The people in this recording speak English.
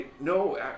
No